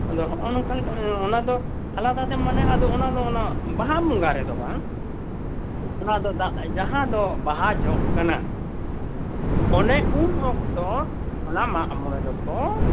ᱟᱫᱚ ᱦᱚᱜᱼᱚ ᱱᱚᱝᱠᱟ ᱞᱮᱠᱟ ᱚᱱᱟᱫᱚ ᱟᱞᱟᱫᱟ ᱛᱮ ᱢᱟᱱᱮᱫᱚ ᱚᱱᱟᱫᱚ ᱚᱱᱟ ᱵᱟᱦᱟ ᱵᱚᱝᱜᱟ ᱨᱮᱫᱚ ᱵᱟᱝ ᱱᱚᱣᱟ ᱫᱚ ᱫᱟᱜ ᱡᱟᱦᱟᱸᱫᱚ ᱵᱟᱦᱟ ᱡᱚᱜ ᱠᱟᱱᱟ ᱚᱱᱮ ᱩᱱ ᱚᱠᱛᱚ ᱚᱱᱟ ᱢᱟᱜᱼᱢᱚᱲᱮ ᱫᱚᱠᱚ